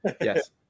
Yes